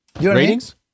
Ratings